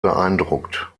beeindruckt